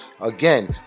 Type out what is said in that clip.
Again